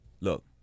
Look